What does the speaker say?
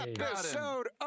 episode